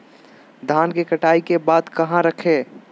धान के कटाई के बाद कहा रखें?